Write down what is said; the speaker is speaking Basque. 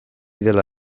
dela